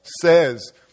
says